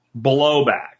blowback